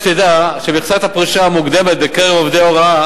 שתדע שמכסת הפרישה המוקדמת בקרב עובדי הוראה